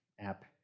app